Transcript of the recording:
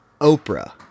Oprah